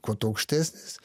kuo tu aukštesnis